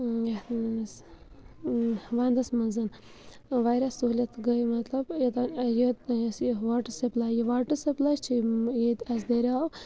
یَتھ وَندَس مَنٛز واریاہ سہوٗلیت گٔے مَطلَب یوٚتام یہِ یۄس یہِ واٹر سپلاے یہِ واٹر سپلاے چھِ ییٚتہِ اَسہِ دٔریاو